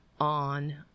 on